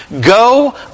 go